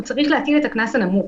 הוא צריך להטיל את הקנס הנמוך.